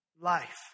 life